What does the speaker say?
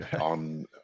on